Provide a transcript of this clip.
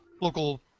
local